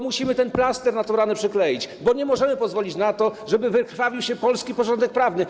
Musimy ten plaster na tę ranę przykleić, bo nie możemy pozwolić na to, żeby wykrwawił się polski porządek prawny.